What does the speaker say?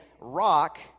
rock